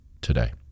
today